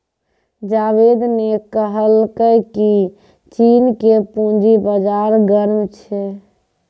जावेद ने कहलकै की चीन के पूंजी बाजार गर्म छै